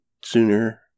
sooner